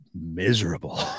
miserable